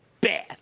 Bad